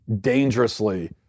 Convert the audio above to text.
dangerously